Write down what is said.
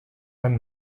and